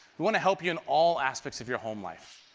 we want to help you in all aspect of your home life.